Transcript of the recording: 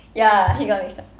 ya he got mixed up